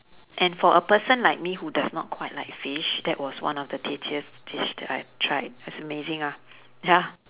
and for a person like me who does not quite like fish that was one of the tastiest dish that I tried it's amazing ah ya